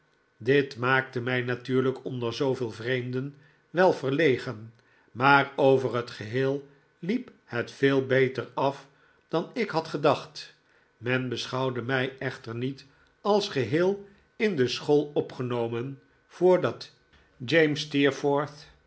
dit maakte mij natuurlijk onder zooveel vreemden wel verlegen maar over het geheel liep het veel beter af dan ik had gedacht men beschouwde mij echter niet als geheel in de school opgenomen voordat j steerforth